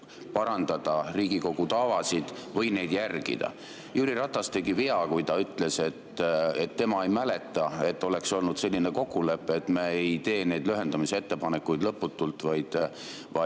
parandada Riigikogu tavasid või neid järgida. Jüri Ratas tegi vea, kui ta ütles, et tema ei mäleta, et oleks olnud selline kokkulepe, et me ei tee lühendamise ettepanekuid lõputult, vaid